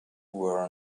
were